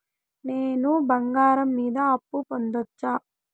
నేను బంగారం మీద అప్పు పొందొచ్చా?